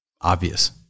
obvious